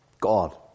God